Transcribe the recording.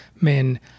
men